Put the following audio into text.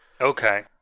okay